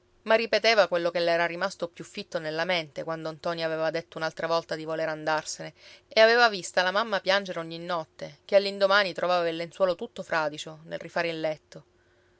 ma ripeteva quello che le era rimasto più fitto nella mente quando ntoni aveva detto un'altra volta di voler andarsene e aveva vista la mamma piangere ogni notte che all'indomani trovava il lenzuolo tutto fradicio nel rifare il letto